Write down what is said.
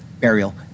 burial